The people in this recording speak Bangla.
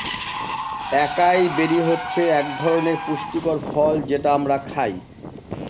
একাই বেরি হচ্ছে এক ধরনের পুষ্টিকর ফল যেটা আমরা খায়